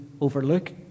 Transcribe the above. overlook